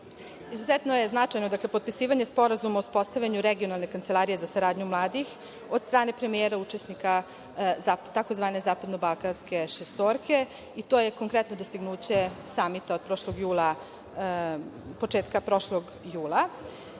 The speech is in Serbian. je značajno potpisivanje sporazuma o uspostavljanju regionalne kancelarije za saradnju mladih od strane premijera učesnika tzv. zapadno balkanske šestorke, i to je konkretno dostignuće Samita od prošlog jula. Kao